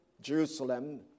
Jerusalem